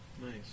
Nice